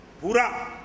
pura